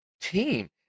team